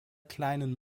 kleinen